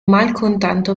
malcontento